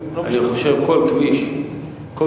אני חושב שכל כביש בארץ-ישראל